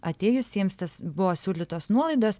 atėjusiems tas buvo siūlytos nuolaidos